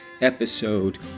episode